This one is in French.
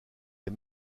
est